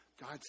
God